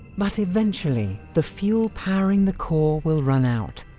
but eventually the fuel powering the core will run out,